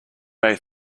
may